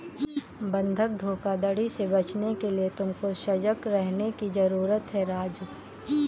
बंधक धोखाधड़ी से बचने के लिए तुमको सजग रहने की जरूरत है राजु